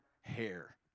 hair